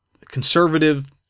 conservative